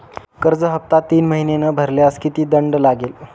कर्ज हफ्ता तीन महिने न भरल्यास किती दंड लागेल?